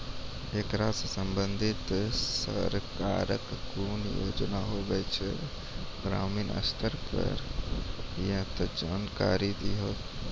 ऐकरा सऽ संबंधित सरकारक कूनू योजना होवे जे ग्रामीण स्तर पर ये तऽ जानकारी दियो?